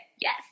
Yes